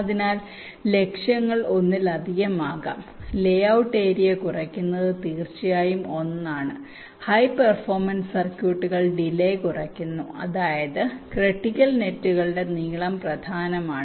അതിനാൽ ലക്ഷ്യങ്ങൾ ഒന്നിലധികം ആകാം ലേ ഔട്ട് ഏരിയ കുറയ്ക്കുന്നത് തീർച്ചയായും ഒന്നാണ് ഹൈ പെർഫോമൻസ് സർക്യൂട്ടുകൾ ഡിലെ കുറയ്ക്കുന്നു അതായത് ക്രിട്ടിക്കൽ നെറ്റുകളുടെ നീളം പ്രധാനമാണ്